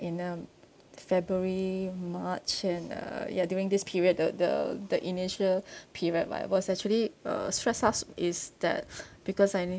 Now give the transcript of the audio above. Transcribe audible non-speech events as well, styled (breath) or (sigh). in um february march and uh ya during this period the the the initial (breath) period mah I was actually uh stress such is that (breath) because I need